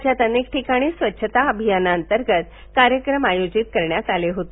राज्यात अनेक ठिकाणी स्वच्छता अभियानाअंतर्गत कार्यक्रम आयोजित करण्यात आले होते